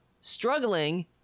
struggling